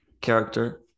character